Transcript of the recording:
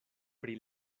pri